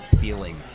feeling